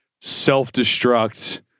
self-destruct